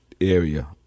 area